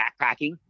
backpacking